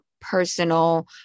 personal